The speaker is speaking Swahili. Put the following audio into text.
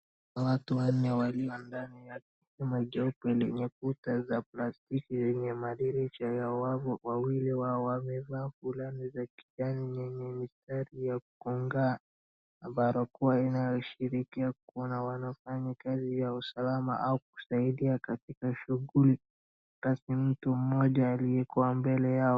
Watu wanne walio ndani ya hema jeupe lenye kuta za plastiki lenye madirisha ya wavuu Wawili wao wamevaa fulana za kijani zenye mistari ya kung'aa na barakoa, inaashiria kuwa wanaweza kuwa wanafanya kazi ya usalama au kusaidia katika shughuli rasmi. Mtu mmoja aliyekuwa mbele yao.